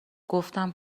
گفتم